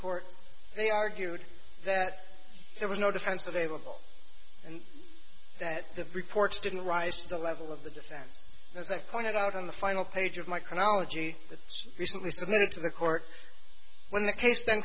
court they argued that there was no defense available and that the report didn't rise to the level of the defense as i pointed out on the final page of my chronology that recently submitted to the court when the case then